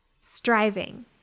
striving